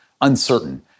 uncertain